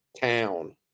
town